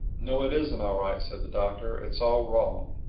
no, it isn't all right, said the doctor, it's all wrong.